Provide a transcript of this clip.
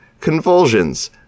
convulsions